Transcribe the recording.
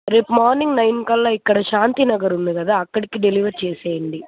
రేపు morning nine కల్లా ఇక్కడ శాంతి నగర్ ఉంది కదా అక్కడికి డెలివర్ చేసేయండి